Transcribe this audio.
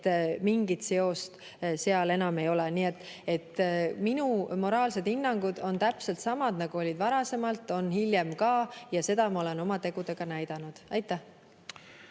mingit seost seal enam ei ole. Nii et minu moraalsed hinnangud on täpselt samad, nagu olid varasemalt, on ka hiljem ja seda ma olen oma tegudega näidanud. Aitäh!